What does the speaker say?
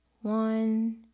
One